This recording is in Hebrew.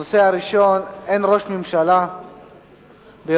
הנושא הראשון: אין ראש ממשלה בירושלים,